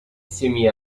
semi